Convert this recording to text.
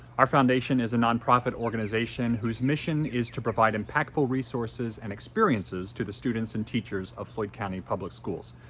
our foundation is a nonprofit organization whose mission is to provide impactful resources and experiences to the students and teachers of floyd county public schools.